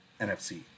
NFC